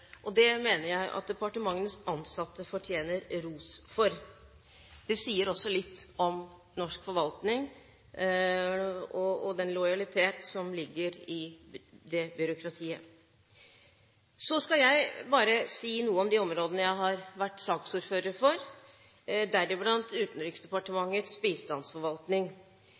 Det mener jeg at departementenes ansatte fortjener ros for. Det sier også litt om norsk forvaltning og den lojalitet som ligger i det byråkratiet. Så skal jeg bare si noe om de områdene jeg har vært saksordfører for, deriblant Utenriksdepartementets bistandsforvaltning.